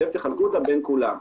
אתם תחלקו אותה בין כולם.